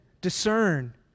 discern